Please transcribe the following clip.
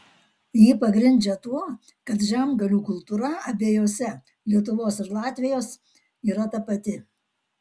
jį pagrindžia tuo kad žemgalių kultūra abiejose lietuvos ir latvijos yra tapati